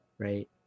Right